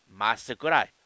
Masakurai